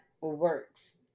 works